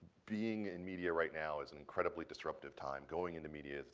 being in media right now is an incredibly disruptive time, going in the media,